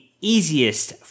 easiest